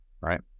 right